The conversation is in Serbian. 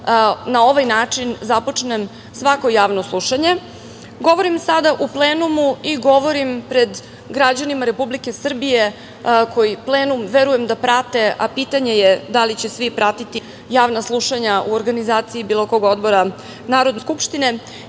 na ovaj način započnem svako javno slušanje. Govorim sada u plenumu i govorim pred građanima Republike Srbije koji plenum verujem da prate, a pitanje je da li će svi da pratiti javna slušanja u organizaciji bilo kog odbora Narodne skupštine